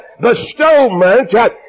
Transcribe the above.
bestowment